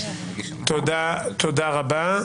תודה רבה.